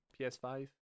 ps5